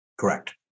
Correct